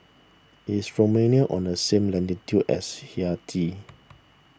is Romania on the same latitude as Haiti